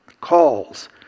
calls